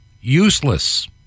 useless